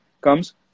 comes